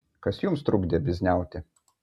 kas jums trukdė bizniauti